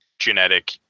genetic